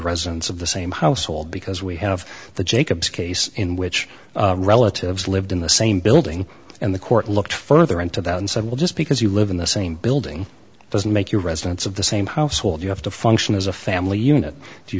residents of the same household because we have the jacob's case in which relatives lived in the same building and the court looked further into that and said well just because you live in the same building doesn't make you residents of the same household you have to function as a family unit